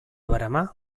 veremar